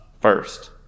first